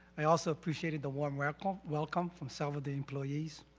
i also appreciated the warm welcome welcome for some of the employees.